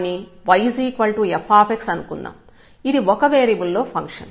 ఇది ఒక వేరియబుల్ లో ఫంక్షన్